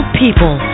people